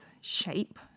shape